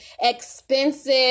expensive